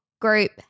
group